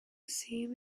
same